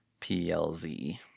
PLZ